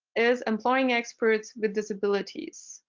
is employing experts with disabilities.